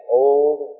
old